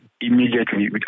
immediately